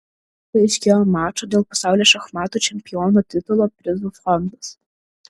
paaiškėjo mačo dėl pasaulio šachmatų čempiono titulo prizų fondas